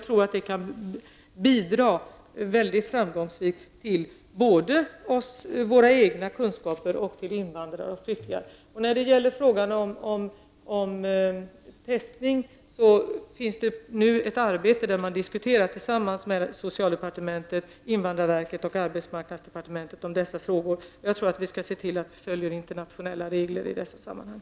Detta kan mycket framgångsrikt bidra till att öka våra egna kunskaper och kunskaperna hos invandrare och flyktingar. Beträffande testning pågår nu ett arbete där man på socialdepartementet, på invandrarverket och på arbetsmarknadsdepartementet gemensamt diskuterar dessa frågor. Vi bör se till att följa de internationella reglerna i detta sammanhang.